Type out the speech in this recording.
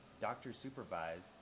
doctor-supervised